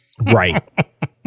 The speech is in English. Right